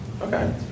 Okay